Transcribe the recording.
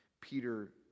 Peter